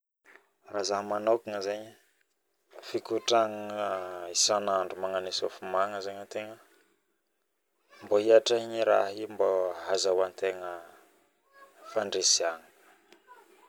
Raha zaho manokana zaigny fikotragnana isanandro magnano essofiment zaigny mbao hiatretrahana iraha io mbao hazahoantegna fandresegna